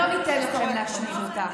לא ניתן לכם להשמיד אותה.